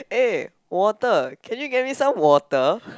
eh water can you get me some water